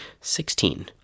Sixteen